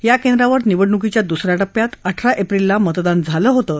या केंद्रावर निवडणुकीच्या दुसऱ्या टप्प्यात अठरा एप्रिलला मतदान झालं होतं